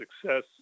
success